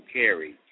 carry